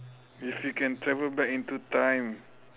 if you can travel back into time